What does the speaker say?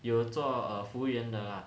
有做服务员的啦